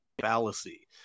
fallacy